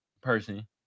person